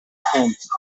fronts